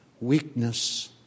weakness